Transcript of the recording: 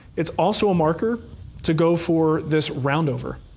it's also a marker to go for this round over.